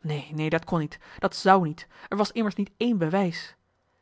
neen neen dat kon niet dat zou niet er was immers niet éen bewijs